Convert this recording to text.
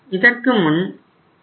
இதற்கு முன் 6